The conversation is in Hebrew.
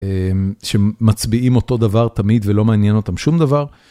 שמצביעים אותו דבר תמיד ולא מעניין אותם שום דבר.